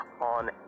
on